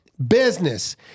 Business